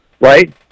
Right